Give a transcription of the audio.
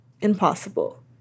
impossible